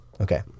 Okay